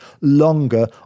longer